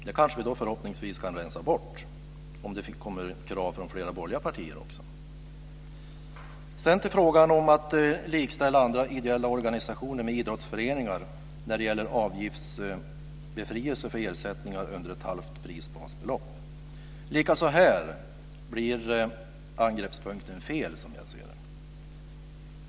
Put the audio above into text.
Det kanske vi då förhoppningsvis kan rensa bort om det kommer krav fån flera borgerliga partier också. Beträffande frågan om att likställa andra ideella organisationer med idrottsföreningar när det gäller avgiftsbefrielse för ersättningar under ett halvt prisbasbelopp blir angreppspunkten, som jag ser det, fel.